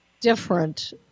different